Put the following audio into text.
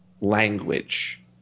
language